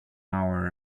hour